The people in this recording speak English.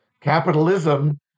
capitalism